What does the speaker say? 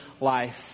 life